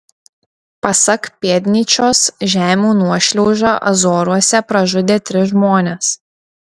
pasak k pėdnyčios žemių nuošliauža azoruose pražudė tris žmones